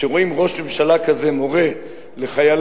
כשרואים ראש ממשלה כזה מורה לחייליו,